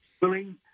willing